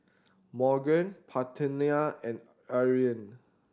Morgan Parthenia and Irine